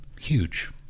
huge